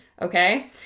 Okay